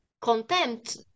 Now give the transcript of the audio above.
contempt